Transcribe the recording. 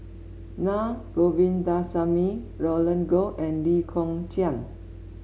Naa Govindasamy Roland Goh and Lee Kong Chian